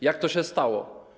Jak to się stało?